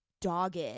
dogged